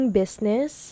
business